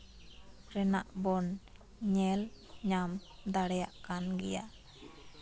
ᱨᱮᱱᱟᱜ ᱵᱚᱱ ᱧᱮᱞ ᱧᱟᱢ ᱫᱟᱲᱮᱭᱟᱜ ᱠᱟᱱ ᱜᱮᱭᱟ